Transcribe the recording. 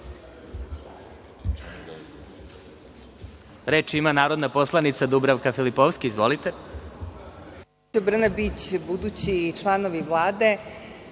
ima narodna poslanica Dubravka Filipovski. Izvolite.